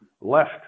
left